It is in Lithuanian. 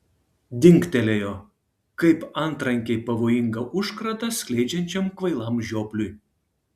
dingtelėjo kaip antrankiai pavojingą užkratą skleidžiančiam kvailam žiopliui